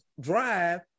drive